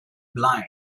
blind